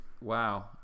Wow